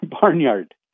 barnyard